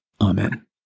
Amen